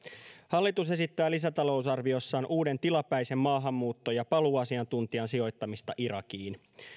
hallitus esittää lisätalousarviossaan uuden tilapäisen maahanmuutto ja paluuasiantuntijan sijoittamista irakiin